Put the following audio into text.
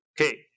okay